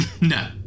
No